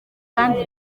kandi